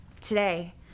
Today